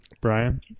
Brian